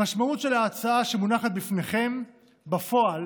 המשמעות של ההצעה שמונחת בפניכם בפועל